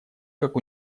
как